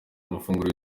amafunguro